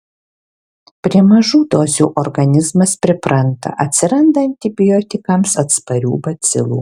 prie mažų dozių organizmas pripranta atsiranda antibiotikams atsparių bacilų